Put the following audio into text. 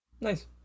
Nice